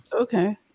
Okay